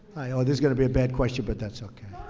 oh, this is going to be a bad question but that's okay.